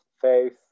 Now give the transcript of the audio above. faith